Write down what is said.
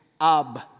Ab